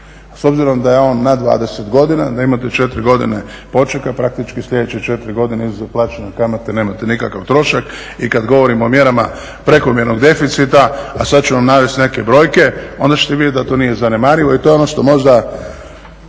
s obzirom da je on na 20 godina da imate 4 godine počeka praktički sljedeće 4 godine izuzev plaćanja kamate nemate nikakav trošak i kada govorimo o mjerama prekomjernog deficita, a sada ću vam navesti neke brojke onda ćete vidjeti da to nije zanemarivo i to je ono što je možda